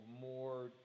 more